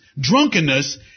Drunkenness